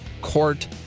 Court